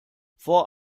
vor